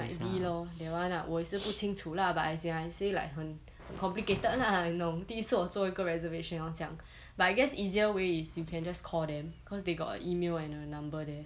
might be lor that one ah 我也是不清楚 lah but as in I say like 很 complicated lah 你懂第一次我做一个 reservation 要这样 but I guess easier way is you can just call them cause they got email and a number there